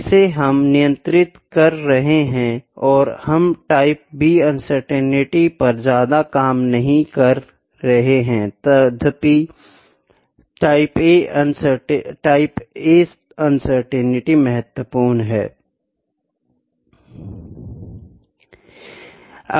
जिसे हम नियंत्रित कर रहे हैं और हम टाइप B अनसर्टेनिटी पर ज्यादा काम नहीं कर रहे हैं तथापि टाइप A अनसर्टेनिटी महत्वपूर्ण है